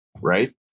right